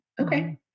Okay